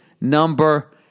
number